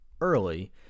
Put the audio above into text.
early